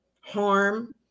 harm